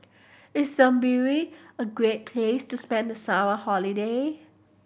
is Zimbabwe a great place to spend the summer holiday